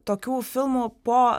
tokių filmų po